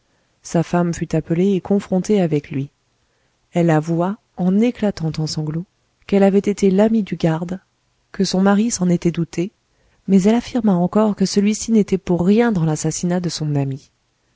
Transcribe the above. sa femme fut appelée et confrontée avec lui elle avoua en éclatant en sanglots qu'elle avait été l'amie du garde que son mari s'en était douté mais elle affirma encore que celui-ci n'était pour rien dans l'assassinat de son ami